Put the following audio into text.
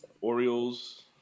Orioles